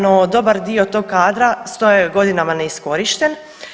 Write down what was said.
No, dobar dio tog kadra stoji godinama neiskorišten.